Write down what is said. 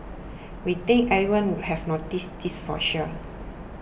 we think everyone would have noticed this for sure